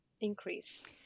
increase